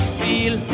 feel